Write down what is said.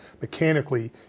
Mechanically